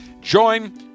Join